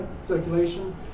Circulation